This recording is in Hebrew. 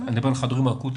אני מדבר על החדרים האקוטיים,